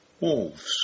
wolves